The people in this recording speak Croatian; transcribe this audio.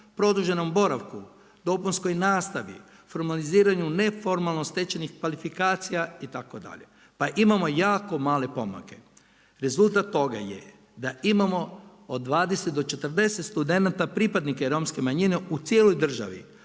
produženom boravku, dopunskoj nastavi, formaliziranju neformalno stečenih kvalifikacija itd. Pa imamo jako male pomake. Rezultat toga je da imamo od 20 do 40 studenata pripadnike romske manjine u cijeloj državi,